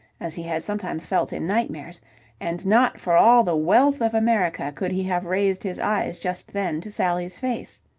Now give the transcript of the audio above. as he had sometimes felt in nightmares and not for all the wealth of america could he have raised his eyes just then to sally's face.